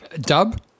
Dub